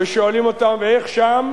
ושואלים אותם: איך שם?